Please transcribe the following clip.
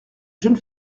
jeune